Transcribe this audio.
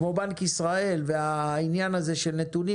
כמו בנק ישראל בעניין הנתונים,